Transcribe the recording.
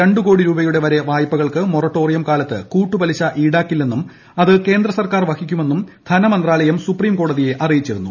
രണ്ടു കോടി രൂപയുടെ വരെ വായ്പകൾക്ക് മൊറട്ടോറിയം കാലത്ത് കൂട്ടുപലിശ ഈടാക്കില്ലെന്നും അത് കേന്ദ്ര സർക്കാർ വഹിക്കുമെന്നും ധന മന്ത്രാലയം സുപ്രീം കോടതിയെ അറിയിച്ചിരുന്നു